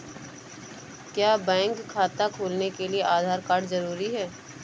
क्या बैंक खाता खोलने के लिए आधार कार्ड जरूरी है?